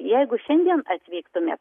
jeigu šiandien atvyktumėt